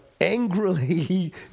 angrily